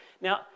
Now